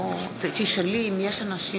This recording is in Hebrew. האם יש אנשים